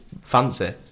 fancy